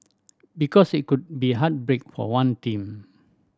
because it could be heartbreak for one team